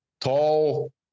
tall